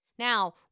Now